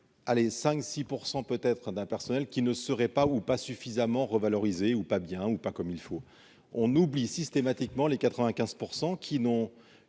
les 5 6 % peut-être d'un personnel qui ne seraient pas ou pas suffisamment revalorisé ou pas bien ou pas comme il faut, on oublie systématiquement les 95 % qui n'ont,